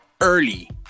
early